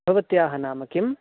भवत्याः नाम किं